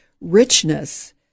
richness